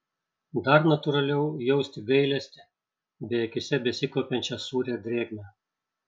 dar natūraliau jausti gailestį bei akyse besikaupiančią sūrią drėgmę